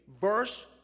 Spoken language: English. verse